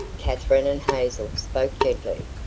katherine and hazel spoke gently,